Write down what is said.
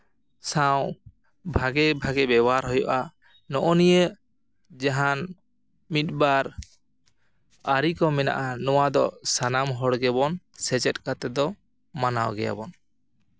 ᱥᱟᱶ ᱵᱷᱟᱜᱮ ᱵᱷᱟᱜᱮ ᱵᱮᱵᱚᱦᱟᱨ ᱦᱩᱭᱩᱜᱼᱟ ᱱᱚᱜᱼᱚ ᱱᱤᱭᱟᱹ ᱡᱟᱦᱟᱱ ᱢᱤᱫᱵᱟᱨ ᱟᱹᱨᱤ ᱠᱚ ᱢᱮᱱᱟᱜᱼᱟ ᱱᱚᱣᱟ ᱫᱚ ᱥᱟᱱᱟᱢ ᱦᱚᱲ ᱜᱮᱵᱚᱱ ᱥᱮᱪᱮᱫ ᱠᱟᱛᱮ ᱫᱚ ᱢᱟᱱᱟᱣ ᱜᱮᱭᱟᱵᱚᱱ